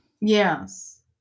Yes